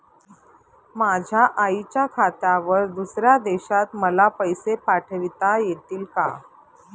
माझ्या आईच्या खात्यावर दुसऱ्या देशात मला पैसे पाठविता येतील का?